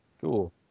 Cool